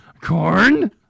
Corn